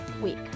week